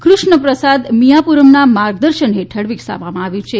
કુષ્ણપ્રસાદ મિયાપુરમના માર્ગદર્શન હેઠળ વિકસાવવામાં આવ્યું છે